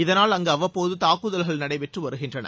இதனால் அங்கு அவ்வப்போது தாக்குதல்கள் நடைபெற்று வருகின்றன